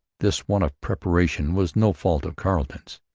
this want of preparation was no fault of carleton's.